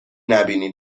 نبینی